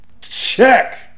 Check